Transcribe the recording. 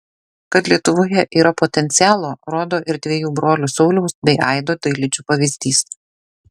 kad lietuvoje yra potencialo rodo ir dviejų brolių sauliaus bei aido dailidžių pavyzdys